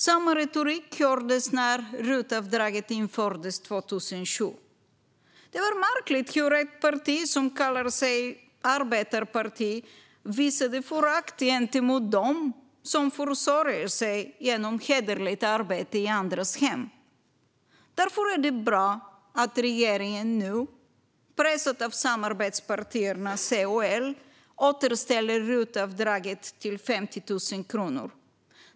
Samma retorik hördes när RUT-avdraget infördes 2007. Det var märkligt hur ett parti som kallar sig arbetarparti visade förakt gentemot dem som försörjde sig genom hederligt arbete i andras hem. Därför är det bra att regeringen nu, pressad av samarbetspartierna C och L, återställer RUT-avdraget till 50 000 kronor.